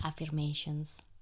affirmations